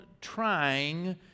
trying